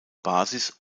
basis